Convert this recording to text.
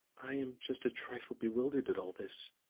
i am just a trifle bewildered at all this,